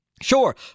Sure